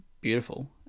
beautiful